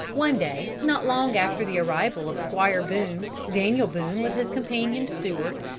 one day, not long after the arrival of squire boone, daniel boone, with his companion stewart,